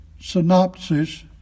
synopsis